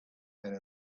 and